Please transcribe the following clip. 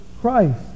Christ